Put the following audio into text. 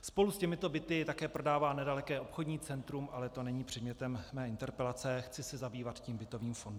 Spolu s těmito byty také prodává nedaleké obchodní centrum, ale to není předmětem mé interpelace, chci se zabývat tím bytovým fondem.